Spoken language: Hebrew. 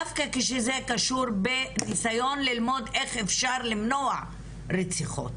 דווקא כשזה קשור בנסיון ללמוד איך אפשר למנוע רציחות.